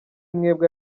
mwebwe